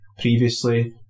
previously